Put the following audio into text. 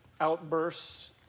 outbursts